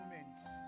moments